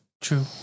True